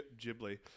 Ghibli